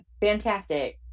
fantastic